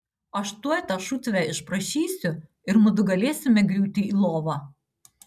aš tuoj tą šutvę išprašysiu ir mudu galėsime griūti į lovą